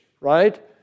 right